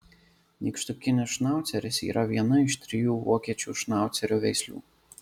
nykštukinis šnauceris yra viena iš trijų vokiečių šnaucerio veislių